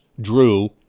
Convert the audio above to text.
drew